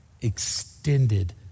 extended